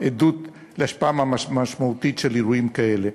עדות להשפעה משמעותית של אירועים כאלה.